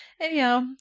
Anyhow